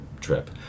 trip